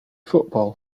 football